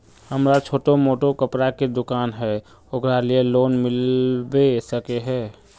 हमरा छोटो मोटा कपड़ा के दुकान है ओकरा लिए लोन मिलबे सके है?